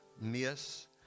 miss